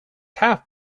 half